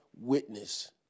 witness